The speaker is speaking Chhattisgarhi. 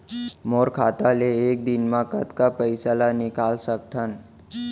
मोर खाता ले एक दिन म कतका पइसा ल निकल सकथन?